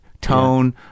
Tone